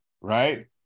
right